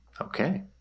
Okay